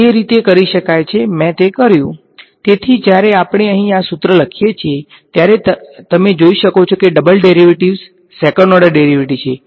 તે રીતે કરી શકાય મે તે કયુ તેથી જ્યારે આપણે અહીં આ સુત્ર લખીએ છીએ ત્યારે તમે જોઈ શકો છો કે double derivatives second order derivatives છે